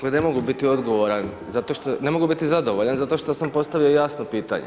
Dakle, ne mogu biti odgovoran, zato što, ne mogu biti zadovoljan zato što sam postavio jasno pitanje.